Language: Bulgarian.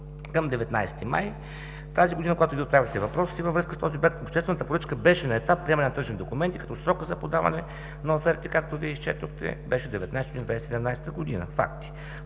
Към 19 май тази година, когато Вие отправяхте въпроса си във връзка с този обект, обществената поръчка беше на етап приемане на тръжни документи, като срокът за подаване на оферти, както Вие изчетохте, беше 19 юни